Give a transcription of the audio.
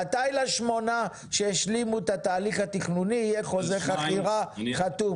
מתי לשמונה שהשלימו את ההליך התכנוני יהיה חוזה חכירה חתום?